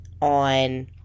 on